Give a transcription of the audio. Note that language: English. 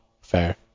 Fair